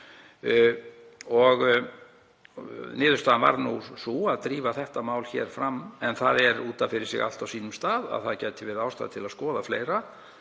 ár. Niðurstaðan varð sú að drífa þetta mál hér fram. En það er út af fyrir sig allt á sínum stað að það gæti verið ástæða til að skoða fleira